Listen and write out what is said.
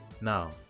Now